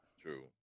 True